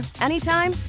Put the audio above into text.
anytime